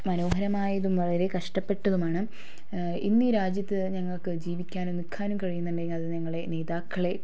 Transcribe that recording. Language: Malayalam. മനോഹരമായതും വളരെ കഷ്ടപ്പെട്ടതുമാണ് ഇന്ന് ഈ രാജ്യത്ത് ഞങ്ങൾക്ക് ജീവിക്കാനും നിൽക്കാനും കഴിയുന്നുണ്ടെങ്കിൽ അത് ഞങ്ങളെ നേതാക്കളെ